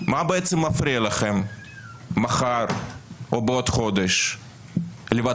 מה בעצם מפריע לכם מחר או בעוד חודש לבטל